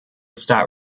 start